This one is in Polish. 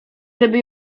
żeby